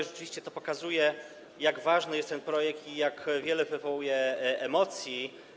Rzeczywiście to pokazuje, jak ważny jest ten projekt i jak wiele wywołuje emocji.